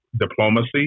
diplomacy